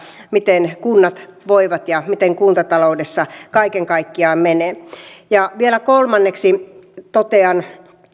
miten kunnat voivat ja miten kuntataloudessa kaiken kaikkiaan menee vielä kolmanneksi totean